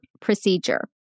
procedure